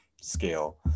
scale